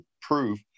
proof